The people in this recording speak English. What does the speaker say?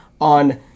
on